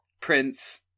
Prince